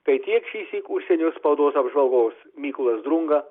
tai tiek šįsyk užsienio spaudos apžvalgos mykolas drunga